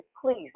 Please